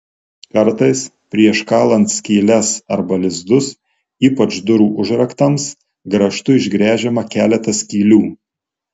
kartais prieš kalant skyles arba lizdus ypač durų užraktams grąžtu išgręžiama keletas skylių